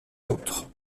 d’autres